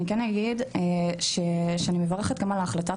אני כן אגיד שאני מברכת גם על החלטת